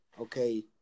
okay